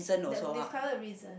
the discover the reason